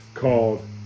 called